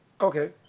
okay